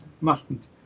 Mustn't